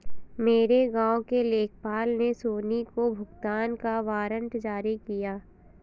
मेरे गांव के लेखपाल ने सोनी को भुगतान का वारंट जारी किया